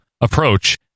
approach